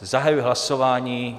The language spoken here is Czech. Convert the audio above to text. Zahajuji hlasování.